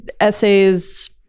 essays